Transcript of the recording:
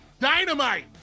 Dynamite